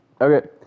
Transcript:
Okay